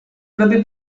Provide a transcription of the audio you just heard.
propi